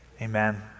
Amen